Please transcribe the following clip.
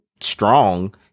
strong